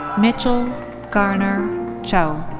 mitchell garner chow.